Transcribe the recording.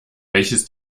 welches